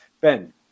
ben